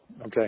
okay